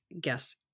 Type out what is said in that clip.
guess